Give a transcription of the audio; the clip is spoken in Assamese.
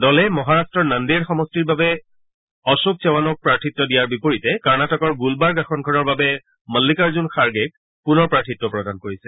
দলে মহাৰাট্টৰ নন্দেড় সমষ্টিৰ বাবে অশোক চৱনক প্ৰাৰ্থিত্ব দিয়াৰ বিপৰীতে কৰ্ণাটকৰ গুলবাৰ্গ আসনখনৰ বাবে মন্নিকাৰ্জুন খাৰ্গেক পুনৰ প্ৰাৰ্থিত্ব প্ৰদান কৰিছে